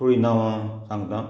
थोडी नांव सांगता